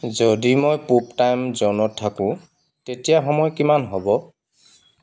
যদি মই পূব টাইম জ'নত থাকোঁ তেতিয়া সময় কিমান হ'ব